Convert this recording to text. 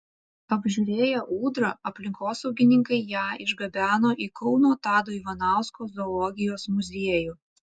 apžiūrėję ūdrą aplinkosaugininkai ją išgabeno į kauno tado ivanausko zoologijos muziejų